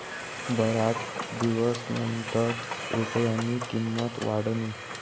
बराच दिवसनंतर रुपयानी किंमत वाढनी